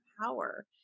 power